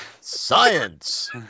Science